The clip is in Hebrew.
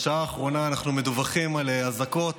בשעה האחרונה אנחנו מדווחים על אזעקות